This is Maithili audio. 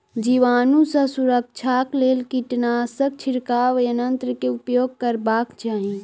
जीवाणु सॅ सुरक्षाक लेल कीटनाशक छिड़काव यन्त्र के उपयोग करबाक चाही